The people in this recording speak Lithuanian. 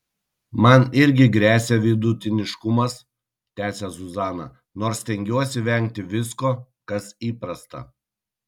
man irgi gresia vidutiniškumas tęsia zuzana nors stengiuosi vengti visko kas įprasta